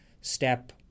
step